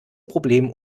problem